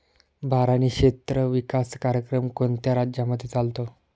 बारानी क्षेत्र विकास कार्यक्रम कोणत्या राज्यांमध्ये चालतो?